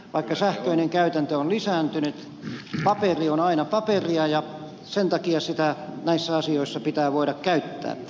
vaikka sähköinen käytäntö on lisääntynyt paperi on aina paperia ja sen takia sitä näissä asioissa pitää voida käyttää